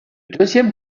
deuxième